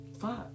Fuck